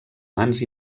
mans